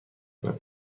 کنیم